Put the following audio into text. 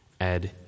add